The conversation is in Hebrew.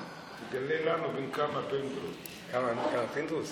בן כמה פינדרוס?